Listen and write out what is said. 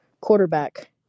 quarterback